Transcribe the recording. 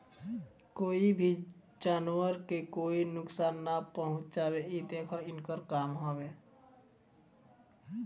कोई भी जानवर के कोई नुकसान ना पहुँचावे इ देखल इनकर काम हवे